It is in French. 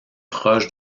proche